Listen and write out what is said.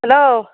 hello